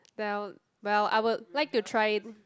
well well I would like to try